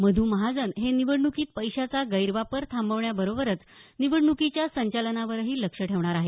मधू महाजन हे निवडणुकीत पैशाचा गैरवापर थांबण्याबरोबरच निवडणुकीच्या संचालनावरही लक्ष ठेवणार आहेत